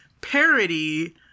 parody